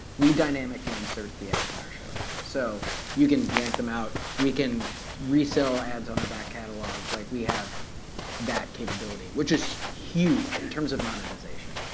we dynamically insert the ads in our show now. so you can yank them out. we can resell ads on our back catalog. like we have that capability, which is huge in terms of monetization.